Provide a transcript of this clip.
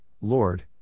Lord